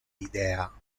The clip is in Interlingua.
idea